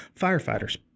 firefighters